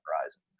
horizon